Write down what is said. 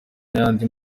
n’ayandi